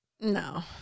No